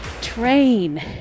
train